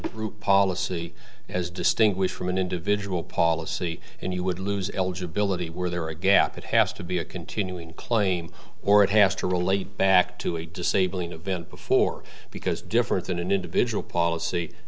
group policy as distinguished from an individual policy and you would lose eligibility were there a gap it has to be a continuing claim or it has to relate back to a disabling event before because different than an individual policy